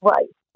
Right